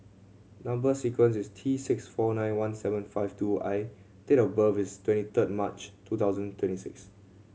number sequence is T six four nine one seven five two I date of birth is twenty third March two thousand twenty six